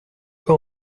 pas